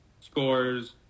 scores